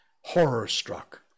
horror-struck